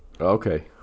Okay